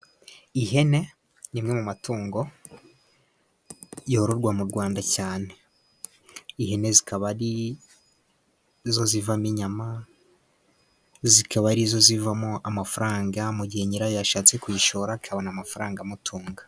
Ihene ni imwe mu matungo yororwa mu Rwanda cyane .Ihene zikaba arizo zivamo inyama .Zikaba arizo zivamo amafaranga . Mu gihe nyirayo yashatse kuyishora akabona amafaranga amutunga.